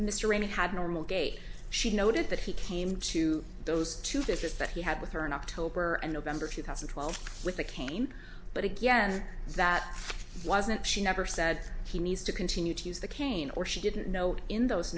mr rayney had normal gait she noted that he came to those two different that he had with her in october and november of two thousand and twelve with a cane but again that wasn't she never said he needs to continue to use the cane or she didn't know what in those